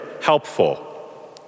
helpful